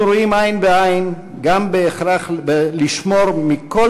אנחנו רואים עין בעין גם את ההכרח לשמור מכל